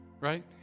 right